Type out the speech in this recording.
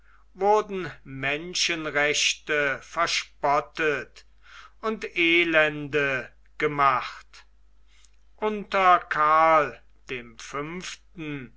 wurden menschenrechte verspottet und elende gemacht unter karln dem fünften